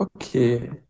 Okay